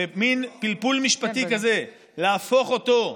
במין פלפול משפטי כזה, להפוך אותו,